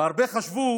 הרבה חשבו